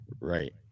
Right